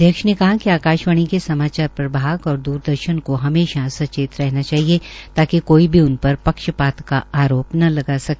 अध्यक्ष ने कहा कि आकाशवाणी के समाचार प्रभाग और द्रदर्शन को हमेशा सचेत रहना चाहिए ताकि कोई भी उन पर पक्षपात का आरोप न लगा सके